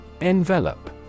Envelope